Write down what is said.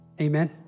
Amen